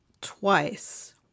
twice